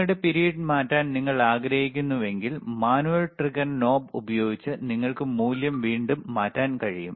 നിങ്ങളുടെ പിരിയട് മാറ്റാൻ നിങ്ങൾ ആഗ്രഹിക്കുന്നുവെങ്കിൽ മാനുവൽ ട്രിഗർ നോബ് ഉപയോഗിച്ച് നിങ്ങൾക്ക് മൂല്യം വീണ്ടും മാറ്റാൻ കഴിയും